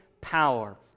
power